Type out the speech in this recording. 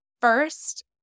first